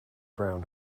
brown